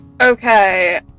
okay